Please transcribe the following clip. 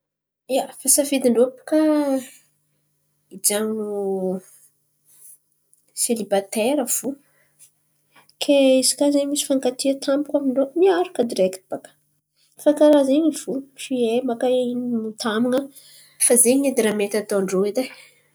Ia, fa safidy ndrô baka hijanon̈o selibatera fo, kay ozy koa misy fankatia tampoko amin-drô miaraka direkity baka baka. Fa karà zen̈y fo tsy ai mankeriny ny tamban̈a zen̈y edy raha mety atô ndrô edy e.